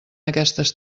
aquestes